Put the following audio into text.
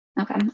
Okay